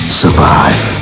survive